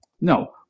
No